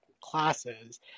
classes